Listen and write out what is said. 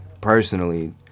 Personally